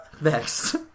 next